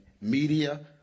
media